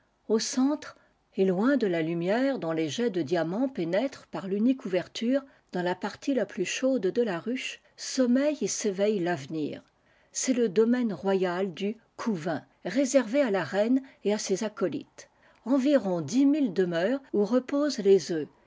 au centre et loin de la lumière dont les jets de diamants pénètrent par l'unique ouverture dans la partie la plus chaude de la ruche som meille et s'éveille l'avenir c'est le domaine royal du couvain réservé à la reine et à ses acolytes environ dix mille demenres où reposent les œufs